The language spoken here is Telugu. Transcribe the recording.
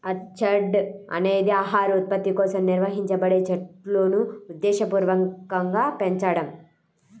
ఆర్చర్డ్ అనేది ఆహార ఉత్పత్తి కోసం నిర్వహించబడే చెట్లును ఉద్దేశపూర్వకంగా పెంచడం